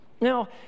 Now